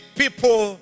people